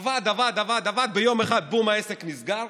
עבד, עבד, עבד, עבד, וביום אחד, בום, העסק נסגר.